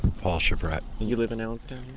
paul chevrette. you live in allenstown?